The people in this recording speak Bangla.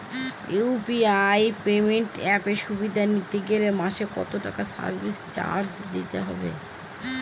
ইউ.পি.আই পেমেন্ট অ্যাপের সুবিধা নিতে গেলে মাসে কত টাকা সার্ভিস চার্জ দিতে হবে?